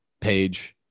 page